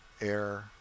air